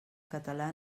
català